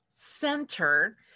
Center